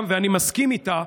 ואני מסכים איתה,